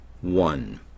one